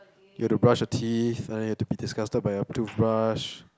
you have to brush your teeth and then you have to be disgusted by your toothbrush